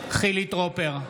טרופר,